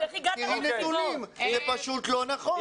זה פשוט לא נכון.